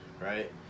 right